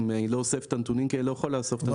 אני לא אוסף את הנתונים כי אני לא יכול לאסוף את הנתונים.